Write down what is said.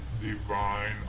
Divine